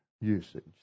usage